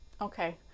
Okay